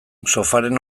sofaren